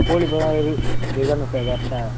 கோழி ப இது இதான்ன சார் கரெக்டாக